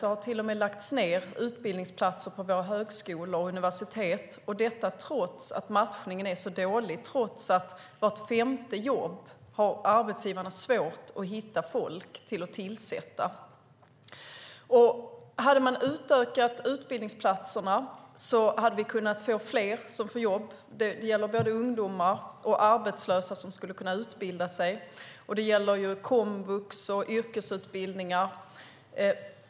Det har till och med lagts ned utbildningsplatser på våra högskolor och universitet, och detta har skett trots att matchningen är så dålig och trots att arbetsgivarna har svårt att hitta folk för att tillsätta vart femte jobb. Hade man utökat antalet utbildningsplatser hade fler kunnat få jobb. Det gäller både ungdomar och arbetslösa som skulle kunna utbilda sig, och det gäller komvux och yrkesutbildningar.